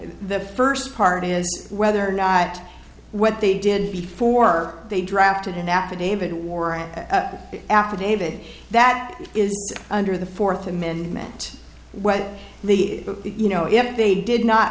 the first part is whether or not what they did before they drafted in the affidavit warrant affidavit that is under the fourth amendment what the you know if they did not